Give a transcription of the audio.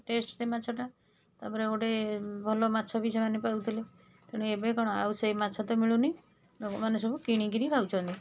test ସେ ମାଛଟା ତା'ପରେ ଗୋଟେ ଭଲ ମାଛ ବି ସେମାନେ ପାଉଥିଲେ ତେଣୁ ଏବେ କ'ଣ ଆଉ ସେ ମାଛ ତ ମିଳୁନି ଲୋକ ମାନେ ସବୁ କିଣିକରି ଖାଉଛନ୍ତି